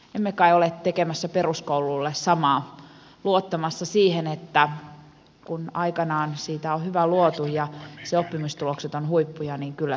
emme kai ole tekemässä peruskoululle samaa luottamassa siihen että kun aikanaan siitä on hyvä luotu ja sen oppimistulokset ovat huippuja niin kyllä se kantaa